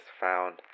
found